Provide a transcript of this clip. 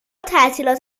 تعطیلات